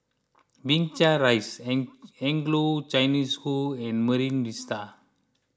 Binchang Rise Anglo Chinese School and Marine Vista